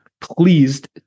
pleased